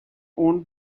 owned